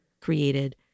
created